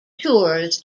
tours